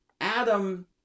Adam